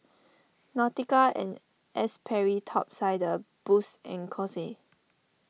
Nautica and Sperry Top Sider Boost and Kose